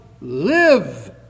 live